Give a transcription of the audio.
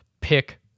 pick